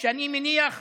שאני מניח בשמי,